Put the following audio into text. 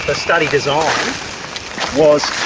ah study design was